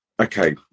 okay